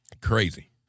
Crazy